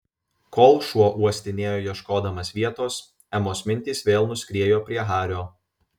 kol šuo uostinėjo ieškodamas vietos emos mintys vėl nuskriejo prie hario